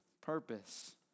purpose